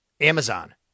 Amazon